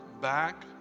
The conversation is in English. back